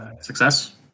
Success